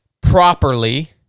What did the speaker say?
properly